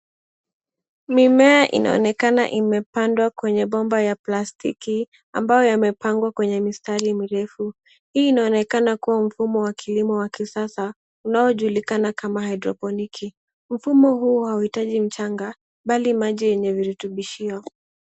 Mimea inaonekana imepandwa kwenye bomba ya plastiki ambayo yamepangwa kwenye mistari mirefu. Hii inaonekana kuwa mfumo wa kilimo wa kisasa unaojulikana kama haidroponiki. Mfumo huu hautaji mchanga bali maji yenye virutubisho.